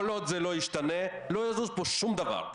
כל עוד זה לא ישתנה לא יזוז פה שום דבר.